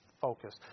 focus